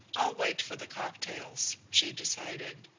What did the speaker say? i'll wait for the cocktails, she decided.